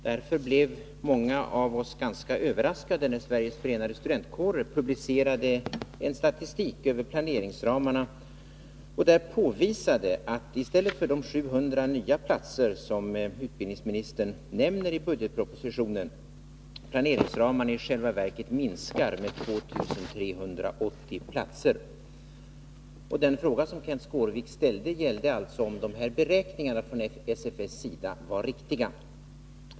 Därför blev många av oss ganska överraskade när Sveriges förenade studentkårer publicerade en statistik över planeringsramarna och där påvisade att i stället för de 700 nya platser som utbildningsministern nämner i budgetpropositionen planeringsramarna i själva verket minskar med 2 380 platser. Den fråga som Kenth Skårvik ställde gällde alltså om de här beräkningarna från SFS:s sida var riktiga.